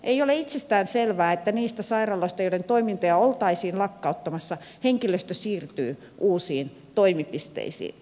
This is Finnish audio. ei ole itsestään selvää että niistä sairaaloista joiden toimintoja oltaisiin lakkauttamassa henkilöstö siirtyy uusiin toimipisteisiin